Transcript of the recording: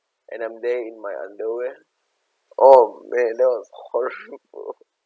and I'm there in my underwear oh man that was horrible